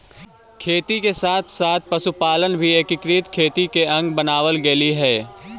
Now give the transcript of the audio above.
खेती के साथ साथ पशुपालन भी एकीकृत खेती का अंग बनवाल गेलइ हे